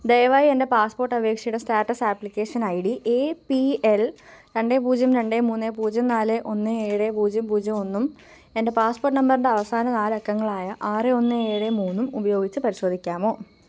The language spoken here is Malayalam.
ദയവായി എൻ്റെ പാസ്പോർട്ട് അപേക്ഷയുടെ status application I D A P L രണ്ട് പൂജ്യം രണ്ട് മൂന്ന് പൂജ്യം നാല് ഒന്ന് ഏഴ് പൂജ്യം പൂജ്യം ഒന്നും എൻ്റെ പാസ്പോർട്ട് നമ്പറിൻ്റെ അവസാന നാല് അക്കങ്ങളായ ആറ് ഒന്ന് ഏഴ് മൂന്നും ഉപയോഗിച്ച് പരിശോധിക്കാമോ